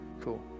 cool